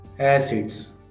Acids